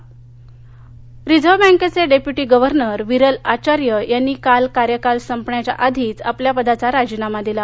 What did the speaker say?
राजीनामा रिझर्व बँकेचे deputy governor Viral Acharya यांनी काल कार्यकाळ संपण्याआधीच आपल्या पदाचा राजीनामा दिला